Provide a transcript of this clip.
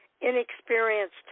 inexperienced